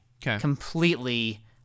completely